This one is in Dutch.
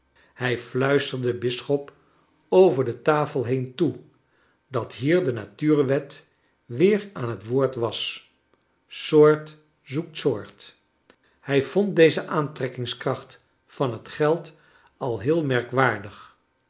hij fluisterde bisschop over de tafel heen toe dat hier de natuurwet weer aan het woord was soort zoekt soort hij vond deze aantrekkingskracht van het geld al heel merkwaardig